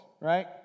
right